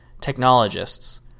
technologists